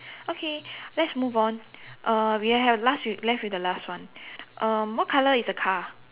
okay let's move on uh we have last with left with the last one um what color is the car